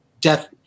death